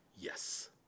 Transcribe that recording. Yes